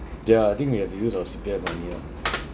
ya I think we have to use our C_P_F money ya